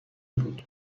بود